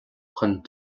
chun